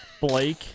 Blake